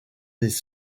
des